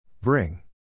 Bring